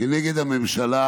נגד הממשלה